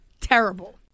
Terrible